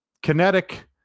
kinetic